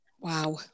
Wow